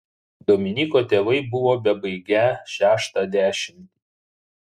dominyko tėvai buvo bebaigią šeštą dešimtį